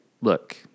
look